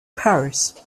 paris